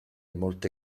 molte